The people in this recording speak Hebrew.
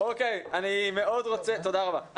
תודה רבה.